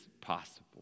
possible